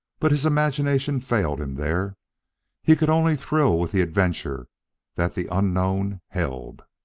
but his imagination failed him there he could only thrill with the adventure that the unknown held.